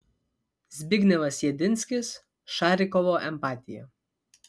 zbignevas jedinskis šarikovo empatija